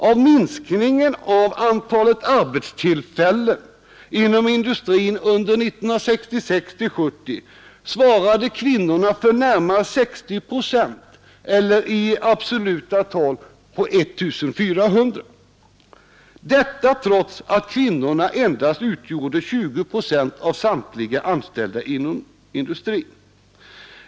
Av minskningen av antalet arbetstillfällen inom industrin under 1966—1970 svarade kvinnorna för närmare 60 procent — eller i absoluta tal I 400 personer — detta trots att kvinnorna endast utgjorde 20 procent av samtliga anställda inom industrin.